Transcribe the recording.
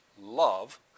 love